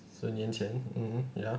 十年 um ya